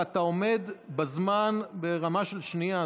ואתה עומד בזמן ברמה של שנייה.